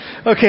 Okay